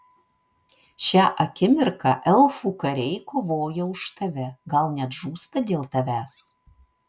šią akimirką elfų kariai kovoja už tave gal net žūsta dėl tavęs